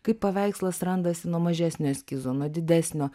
kaip paveikslas randasi nuo mažesnio eskizo nuo didesnio